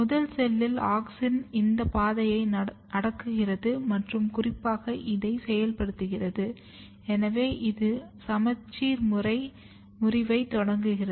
முதல் செல்லில் ஆக்ஸின் இந்த பாதையை அடக்குகிறது மற்றும் குறிப்பாக இதைச் செயல்படுத்துகிறது எனவே இது சமச்சீர் முறிவைத் தொடங்குகிறது